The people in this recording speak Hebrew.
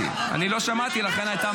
יבגני, אני שמעתי שהוא אמר את זה.